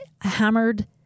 hammered